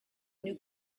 new